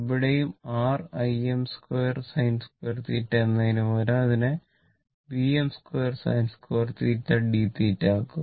ഇവിടെയും r Im2sin2θ എന്നതിനുപകരം അതിനെ Vm2sin2θdθ ആക്കുക